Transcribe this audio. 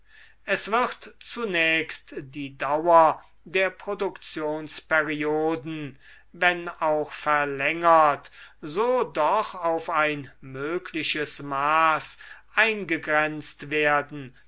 es wird zunächst die dauer der produktionsperioden wenn auch verlängert so doch auf ein mögliches maß eingegrenzt werden